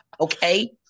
Okay